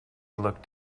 looked